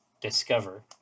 discover